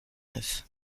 neuf